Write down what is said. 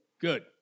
Good